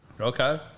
Okay